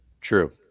True